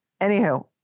anywho